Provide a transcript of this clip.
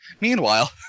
Meanwhile